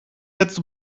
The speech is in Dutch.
het